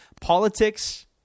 politics